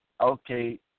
okay